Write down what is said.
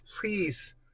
please